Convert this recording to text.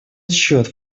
отчет